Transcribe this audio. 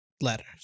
letters